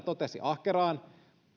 totesi ahkeraan